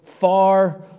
far